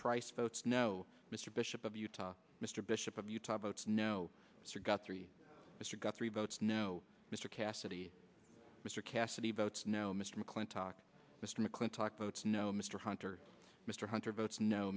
price votes no mr bishop of utah mr bishop of utah votes no sir got three mr guthrie votes no mr cassidy mr cassidy votes no mr mcclintock mr mcclintock votes no mr hunter mr hunter votes no